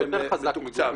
זה יותר חזק מגוף נתמך.